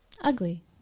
ugly